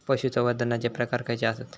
पशुसंवर्धनाचे प्रकार खयचे आसत?